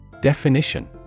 Definition